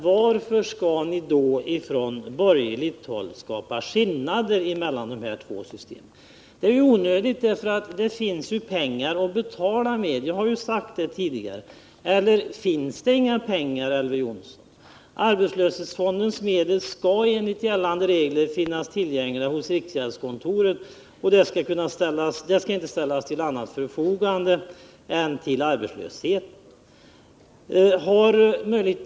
Varför skall ni då från borgerligt håll skapa skillnader mellan dessa två system? Detta är onödigt, eftersom det finns pengar att betala med. Detta har jag sagt tidigare. Eller finns det inga pengar, Elver Jonsson? Arbetslöshetsfondens medel skall enligt gällande regler finnas tillgängliga hos riksgäldskontoret, och dessa skall inte ställas till förfogande för annat än till arbetslöshetsersättning.